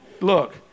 look